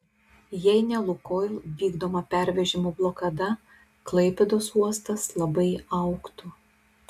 jei ne lukoil vykdoma pervežimų blokada klaipėdos uostas labai augtų